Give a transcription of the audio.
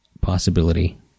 possibility